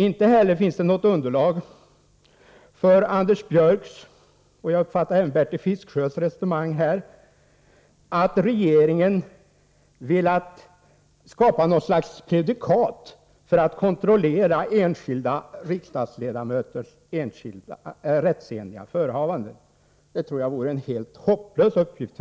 Inte heller finns det något underlag för Anders Björcks resonemang — och som jag uppfattar det även Bertil Fiskesjös — att regeringen velat skapa något slags prejudikat för att kontrollera enskilda riksdagsledamöters rättsenliga förehavanden. Det tror jag f.ö. vore en helt hopplös uppgift,